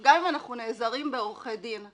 גם אם אנחנו נעזרים בעורכי דין,